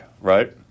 right